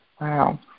Wow